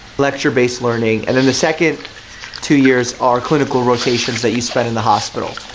lecture based learning. and then the second two years are clinical rotations that you spend in the hospital.